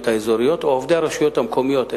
האזוריות או עובדי הרשויות המקומיות,